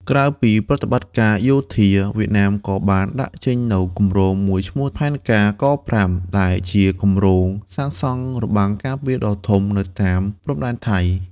ក្រៅពីប្រតិបត្តិការយោធា វៀតណាមក៏បានដាក់ចេញនូវគម្រោងមួយឈ្មោះ "ផែនការ ក5" ដែលជាគម្រោងសាងសង់របាំងការពារដ៏ធំនៅតាមព្រំដែនថៃ។